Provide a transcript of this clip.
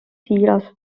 siiras